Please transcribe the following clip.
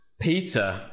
Peter